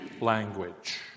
language